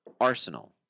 Arsenal